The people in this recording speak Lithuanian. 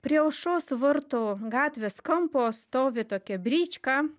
prie aušros vartų gatvės kampo stovi tokia brička